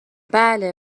بله